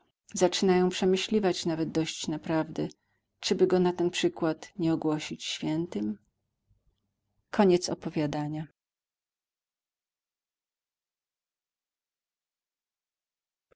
zaczynają przemyśliwać nawet dość naprawdę czyby go natenprzykład nie ogłosić świętym